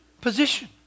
Position